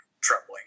troubling